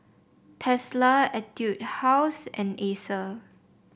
Tesla Etude House and Acer